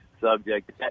subject